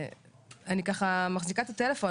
אני ככה מחזיקה את הטלפון,